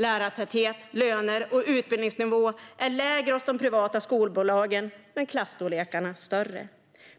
Lärartäthet, löner och utbildningsnivå är lägre hos de privata skolbolagen, men klasstorlekarna är större.